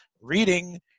reading